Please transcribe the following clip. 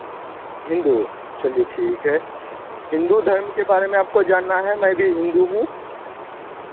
हिंदू चलिए ठीक है हिंदू धर्म के बारे में आपको जानना है मैं भी हिंदू हूँ